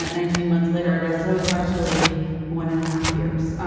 but nineteen months later, i realized, oh, it's actually one and a half years.